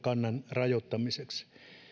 rajoittamiseksi